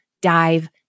dive